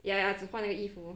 ya ya 只换那个衣服